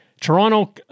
Toronto